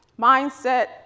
Mindset